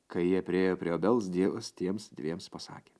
kai jie priėjo prie obels dievas tiems dviems pasakė